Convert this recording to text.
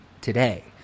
today